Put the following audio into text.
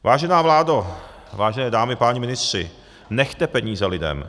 Vážená vládo, vážené dámy, páni ministři, nechte peníze lidem.